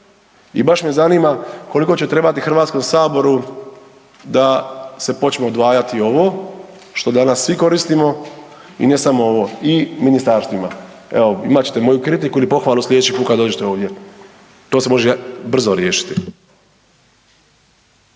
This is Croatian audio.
i baš me zanima koliko će trebati HS-u da se počne odvajati ovo, što danas svi koristimo i ne samo ovo, i ministarstvima. Evo, imat ćete moju kritiku ili pohvalu sljedeći puta kad dođete ovdje. To se može brzo riješiti.